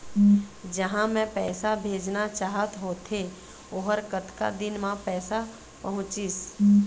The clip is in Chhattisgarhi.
जहां मैं पैसा भेजना चाहत होथे ओहर कतका दिन मा पैसा पहुंचिस?